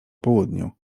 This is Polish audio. południu